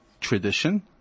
tradition